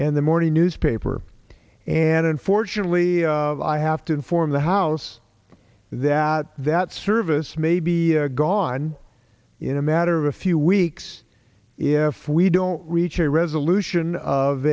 and the morning newspaper and unfortunately i have to inform the house that that service may be gone in a matter of a few weeks if we don't reach a resolution of